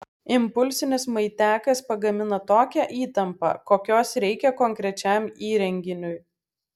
impulsinis maitiakas pagamina tokią įtampą kokios reikia konkrečiam įrenginiui